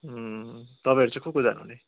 तपाईँहरू चाहीँ को को जानुहुने